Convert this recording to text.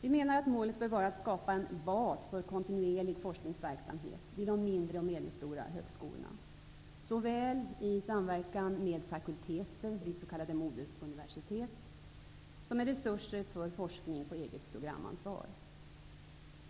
Vi menar att målet bör vara att skapa en bas för kontinuerlig forskningsverksamhet vid de mindre och medelstora högskolorna, såväl i samverkan med fakulteter vid s.k. moderuniversitet som med resurser för forskning på eget programansvar.